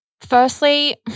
firstly